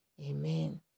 Amen